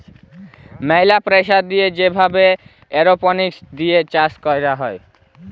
ম্যালা প্রেসার দিয়ে যে ভাবে এরওপনিক্স দিয়ে চাষ ক্যরা হ্যয়